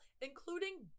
including